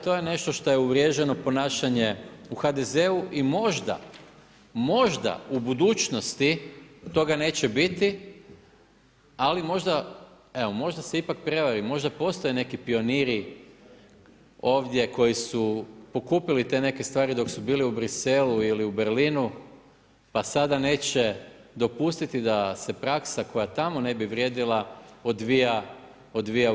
To je nešto što je uvrježeno ponašanje u HDZ-u i možda, možda u budućnosti toga neće biti, ali možda, evo možda se ipak prevarim, možda postoje neki pioniri ovdje koji su pokupili te neka stvari dok su bili u Briselu ili u Berlinu pa sada neće dopustiti da se praksa koja tamo ne bi vrijedila odvija u RH.